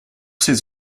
ses